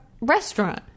restaurant